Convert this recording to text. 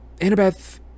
Annabeth